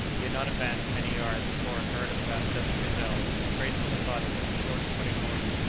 he had not advanced many yards before a herd of about a dozen gazelles, graceful in body, with short, pointed horns,